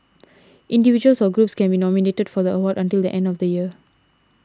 individuals or groups can be nominated for the award until the end of the year